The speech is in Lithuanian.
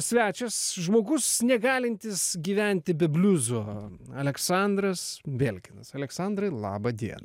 svečias žmogus negalintis gyventi be bliuzo aleksandras belkinas aleksandrai laba diena